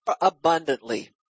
abundantly